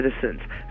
citizens